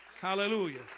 Hallelujah